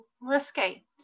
risky